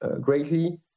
greatly